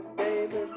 baby